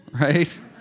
right